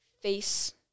face